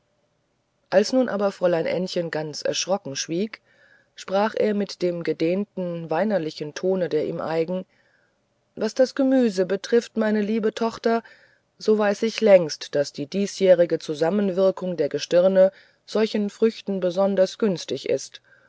als nun aber fräulein ännchen ganz erschrocken schwieg sprach er mit dem gedehnten weinerlichen tone der ihm eigen was das gemüse betrifft meine liebe tochter so weiß ich längst daß die diesjährige zusammenwirkung der gestirne solchen früchten besonders günstig ist